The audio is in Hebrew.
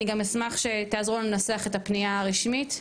אני גם אשמח שתעזרו לנו לנסח את הפנייה הרשמית.